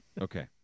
okay